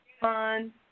fun